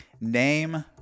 name